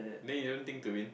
then you don't think to win